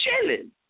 chilling